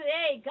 hey